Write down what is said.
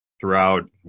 throughout